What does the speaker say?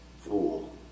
fool